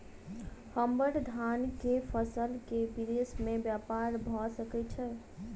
हम्मर धान केँ फसल केँ विदेश मे ब्यपार भऽ सकै छै?